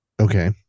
Okay